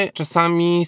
czasami